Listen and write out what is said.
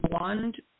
wand